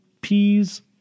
peas